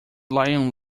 lion